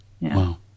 Wow